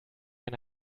eine